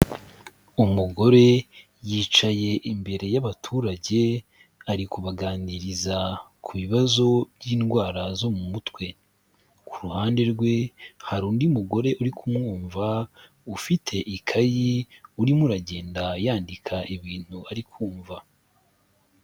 Umugore yicaye imbere y'abaturage, ari kubaganiriza ku bibazo by'indwara zo mu mutwe, ku ruhande rwe hari undi mugore uri kumwumva, ufite ikayi urimo uragenda yandika ibintu ari kumva.